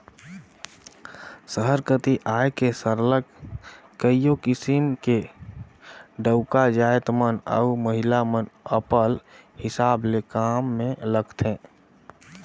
सहर कती आए के सरलग कइयो किसिम ले डउका जाएत मन अउ महिला मन अपल हिसाब ले काम में लगथें